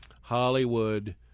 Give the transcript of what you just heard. Hollywood